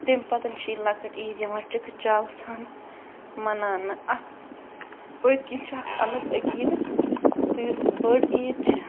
تَمہِ پتہٕ چھِ یِوان لۄکٕٹ عیٖد یِوان چکہٕ چاوٕ سان مناونہٕ اَتھ پَتہٕ کَنہِ چھُ اَکھ الگ عٔقیٖدٕ تہٕ یُس بٔڑ عیٖد چھٕ